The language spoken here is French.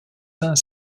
saint